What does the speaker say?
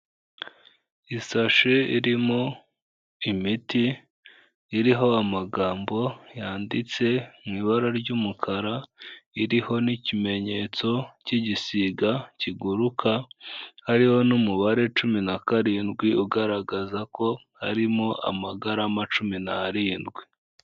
Isashe irimo imiti iriho amagambo yanditse mu ibara ry'umukara, iriho n'ikimenyetso cy'igisiga kiguruka, hariho n'umubare cumi na karindwi ugaragaza ko harimo amagarama cumi n'arindwi.